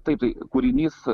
taip tai kūrinys